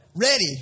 ready